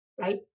right